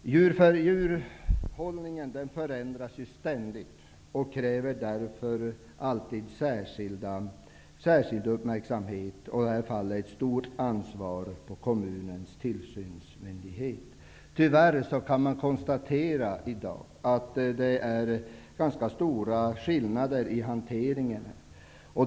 Djurhållningen förändras ju ständigt och kräver därför alltid särskild uppmärksamhet. Här faller ett stort ansvar på kommunernas tillsynsmyndighet. Tyvärr råder det stora skillnader i hanteringen.